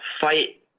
fight